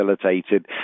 facilitated